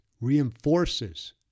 reinforces